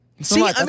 See